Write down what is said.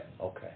Okay